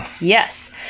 Yes